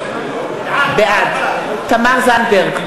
בעד תמר זנדברג,